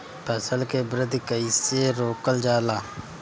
फसल के वृद्धि कइसे रोकल जाला?